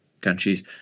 countries